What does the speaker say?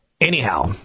Anyhow